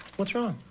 what's wrong?